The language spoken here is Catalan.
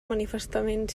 manifestament